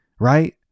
Right